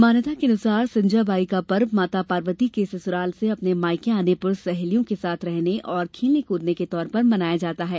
मान्यता के अनुसार संजा बाई का पर्व माता पार्वती के ससुराल से अपने मायके आने पर सहेलियों के साथ रहने और खेलने कूदने के तौर पर मनाया जाता है